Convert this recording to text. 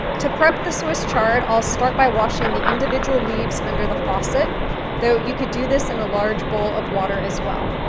to prep the swiss chard, i'll start by washing the individual leaves under the faucet though you could do this in a large bowl of water as well.